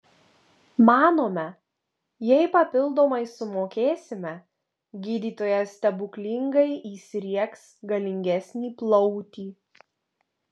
manome jei papildomai sumokėsime gydytojas stebuklingai įsriegs galingesnį plautį